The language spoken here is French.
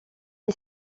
est